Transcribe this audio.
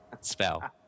spell